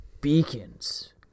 beacons